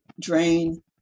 drain